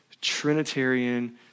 Trinitarian